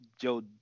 Joe